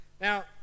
Now